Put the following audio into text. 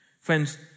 Friends